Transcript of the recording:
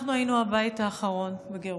אנחנו היינו הבית האחרון בגירוש.